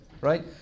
right